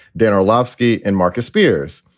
then our lafsky and marcus spears.